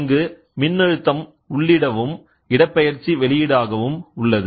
அங்கு மின்னழுத்தம் உள்ளிடவும் இடப்பெயர்ச்சி வெளியீடாகவும் உள்ளது